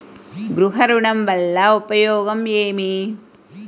గృహ ఋణం వల్ల ఉపయోగం ఏమి?